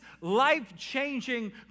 life-changing